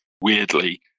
weirdly